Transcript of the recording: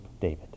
David